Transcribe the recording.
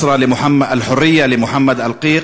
חופש למוחמד אלקיק.